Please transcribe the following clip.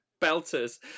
belters